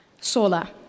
SOLA